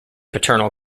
paternal